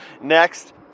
Next